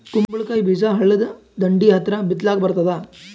ಕುಂಬಳಕಾಯಿ ಬೀಜ ಹಳ್ಳದ ದಂಡಿ ಹತ್ರಾ ಬಿತ್ಲಿಕ ಬರತಾದ?